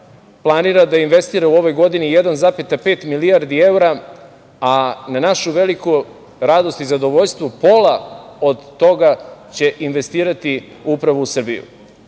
planira da investira u ovoj godini 1,5 milijardi eura, a na našu veliku radost i zadovoljstvo, pola od toga će investirati upravo u